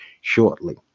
shortly